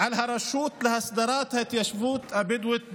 לרשות להסדרת ההתיישבות הבדואית בנגב.